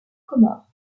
comores